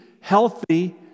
healthy